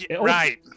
Right